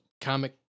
comic